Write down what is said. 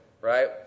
right